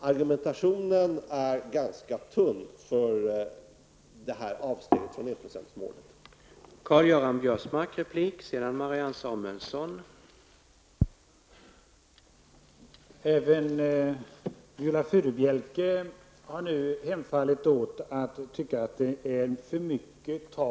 Argumentationen för det här avsteget från enprocentsmålet är som sagt ganska tunn.